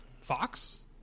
Fox